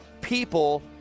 people